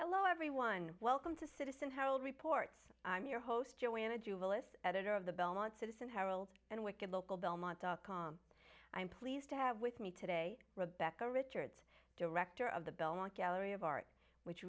hello everyone welcome to citizen herald reports i'm your host joanna jewell is editor of the belmont citizen herald and with good local belmont dot com i'm pleased to have with me today rebecca richards director of the belmont gallery of art which